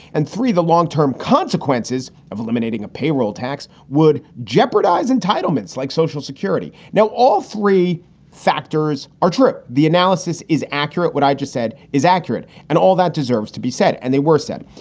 and three, the long term consequences of eliminating a payroll tax would jeopardize entitlements like social security. now, all three factors are true. the analysis is accurate. what i just said is accurate and all that deserves to be said. and they were said.